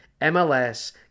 MLS